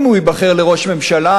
אם הוא ייבחר לראשות הממשלה,